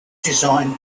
designed